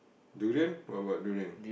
durian what about durian